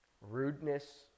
rudeness